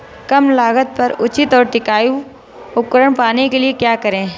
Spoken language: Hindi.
कम लागत पर उचित और टिकाऊ उपकरण पाने के लिए क्या करें?